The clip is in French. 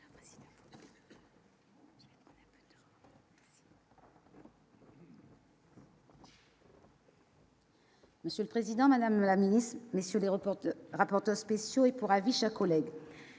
Monsieur le Président, Madame la Ministre, mais sur l'aéroport de rapporteurs spéciaux et pour avis, chers collègues,